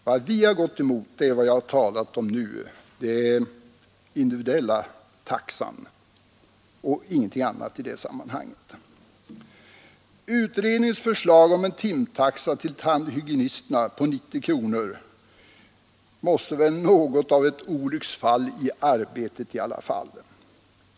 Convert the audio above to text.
Vad vi gått emot är vad jag nu talat om, den individuella taxan, och ingenting annat i detta sammanhang. Utredningens förslag om en timtaxa till tandhygienisterna på 90 kronor måste väl vara något av ett olycksfall i arbetet.